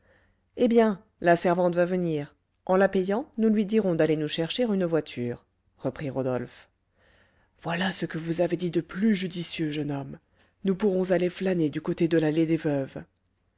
eh bien la servante va venir en la payant nous lui dirons d'aller nous chercher une voiture reprit rodolphe voilà ce que vous avez dit de plus judicieux jeune homme nous pourrons aller flâner du côté de l'allée des veuves